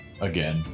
again